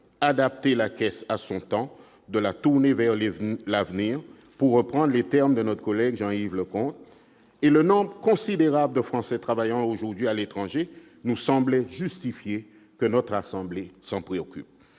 d'adapter la Caisse à son temps, de la tourner vers l'avenir » pour reprendre les termes de notre collègue Jean-Yves Leconte. Le nombre considérable de Français travaillant aujourd'hui à l'étranger nous semble justifier que notre assemblée s'en préoccupe.